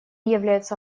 являются